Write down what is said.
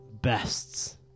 bests